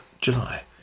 July